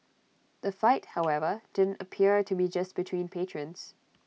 the fight however didn't appear to be just between patrons